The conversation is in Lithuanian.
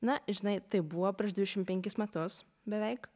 na žinai tai buvo prieš dvidešimt penkis metus beveik